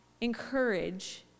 encourage